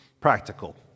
practical